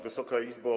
Wysoka Izbo!